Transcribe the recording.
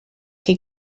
chi